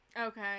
okay